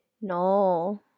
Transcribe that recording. No